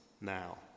now